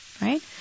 right